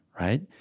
right